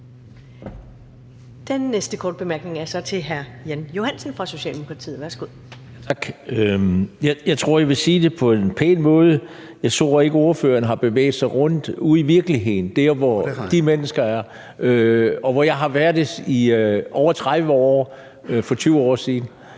Jeg tror, jeg vil sige det på en pæn måde: Jeg tror ikke, ordføreren har bevæget sig rundt ude i virkeligheden, dér, hvor de mennesker er, og hvor jeg har færdedes i over 30 år indtil for 20 år siden.